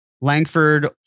Langford